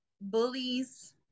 bullies